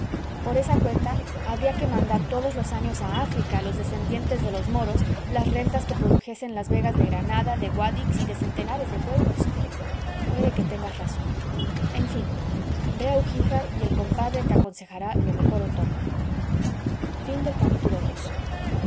por esa cuenta habría que mandar todos los años a áfrica a los descendientes de los moros las rentas que produjesen las vegas de granada de guadix y de centenares de pueblos puede que tengas razón en fin ve a ugíjar y el compadre te aconsejará lo mejor en todo iii ugíjar dista de